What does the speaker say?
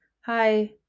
Hi